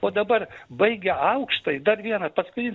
o dabar baigia aukštąjį dar vieną paskui